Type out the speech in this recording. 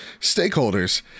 stakeholders